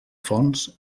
fonts